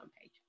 page